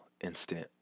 instant